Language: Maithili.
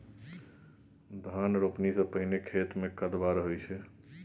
धान रोपणी सँ पहिने खेत मे कदबा रहै छै